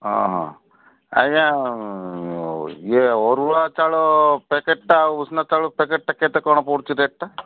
ହଁ ହଁ ଆଜ୍ଞା ଇଏ ଅରୁଆ ଚାଉଳ ପ୍ୟାକେଟ୍ଟା ଆଉ ଉଷୁନା ଚାଉଳ ପ୍ୟାକେଟ୍ଟା କେତେ କ'ଣ ପଡ଼ୁଛି ରେଟ୍ଟା